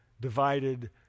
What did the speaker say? divided